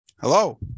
Hello